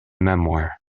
memoir